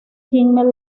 kimmel